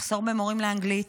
מחסור במורים לאנגלית,